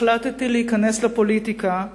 החלטתי להיכנס לפוליטיקה,